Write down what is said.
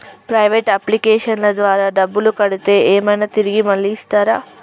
Private అప్లికేషన్ల ద్వారా డబ్బులు కడితే ఏమైనా తిరిగి మళ్ళీ ఇస్తరా?